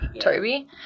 Toby